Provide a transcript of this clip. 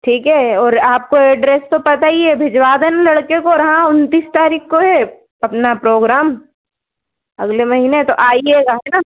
ठीक है और आप को एड्रेस तो पता ही है भिजवा देना लड़के को और हाँ उनतीस तारीख को है अपना प्रोग्राम अगले महीने तो आइएगा है ना